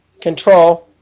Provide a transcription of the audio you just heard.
Control